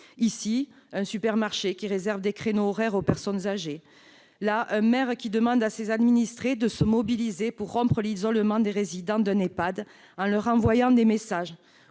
ici, un supermarché qui réserve des créneaux horaires aux personnes âgées ; là, un maire qui demande à ses administrés de se mobiliser pour rompre l'isolement des résidents d'un Ehpad en leur envoyant des messages